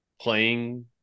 playing